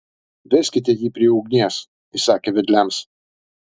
veskite jį prie ugnies įsakė vedliams